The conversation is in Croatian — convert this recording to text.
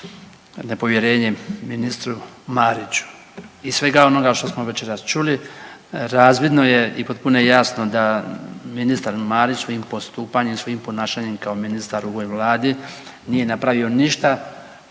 nepovjerenje ministru Mariću. Iz svega onoga što smo večeras čuli razvidno je i potpuno je jasno da ministar Marić svojim postupanjem i svojim ponašanjem kao ministar u ovoj vladi nije napravio ništa što